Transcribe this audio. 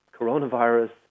coronavirus